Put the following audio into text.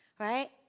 Right